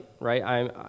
right